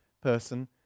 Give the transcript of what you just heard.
person